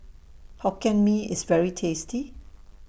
Hokkien Mee IS very tasty